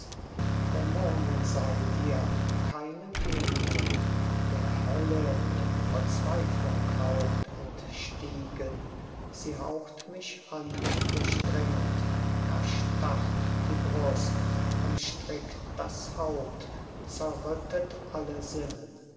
dämonen seid ihr keine genien der hölle die verzweiflung haucht entstiegen sie haucht mich an durchdringt erstarrt die brust umstrickt das haupt zerrüttet alle sinnen